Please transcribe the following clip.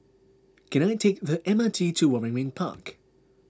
can I take the M R T to Waringin Park